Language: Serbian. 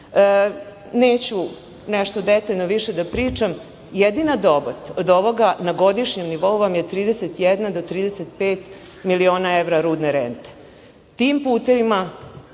nešto detaljno više da pričam. Jedina dobit od ovoga na godišnjem nivou vam je 31 do 35 miliona evra rudne rente. Tim putevima